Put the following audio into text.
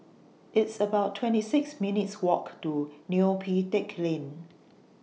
It's about twenty six minutes' Walk to Neo Pee Teck Lane